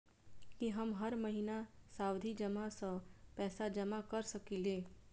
की हम हर महीना सावधि जमा सँ पैसा जमा करऽ सकलिये?